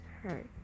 hurt